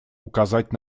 указать